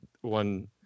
one